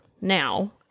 now